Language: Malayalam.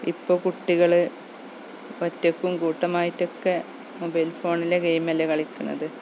ഇപ്പോൾ കുട്ടികൾ ഒറ്റക്കും കൂട്ടമായിട്ടൊക്കെ മൊബൈൽ ഫോണിലെ ഗെയിമല്ലേ കളിക്കണത്